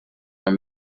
are